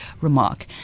remark